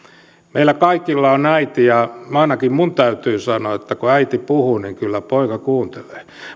meillä kaikilla on äiti ja ainakin minun täytyy sanoa että kun äiti puhuu niin kyllä poika kuuntelee